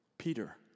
Peter